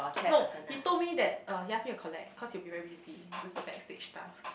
no he told me that uh he ask me to collect cause he will be very busy with the backstage stuff